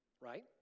right